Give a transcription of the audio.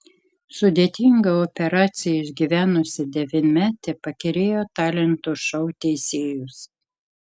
sudėtingą operaciją išgyvenusi devynmetė pakerėjo talentų šou teisėjus